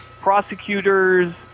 prosecutors